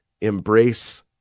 embrace